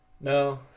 No